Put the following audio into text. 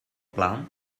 plan